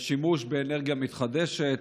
שימוש באנרגיה מתחדשת.